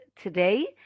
today